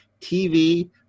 TV